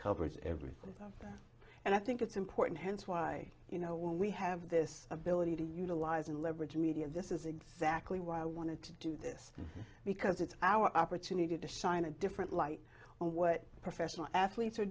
covers everything and i think it's important hence why we have this ability to utilize and leverage media this is exactly why i wanted to do this because it's our opportunity to shine a different light on what professional athletes are